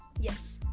yes